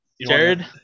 Jared